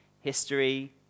history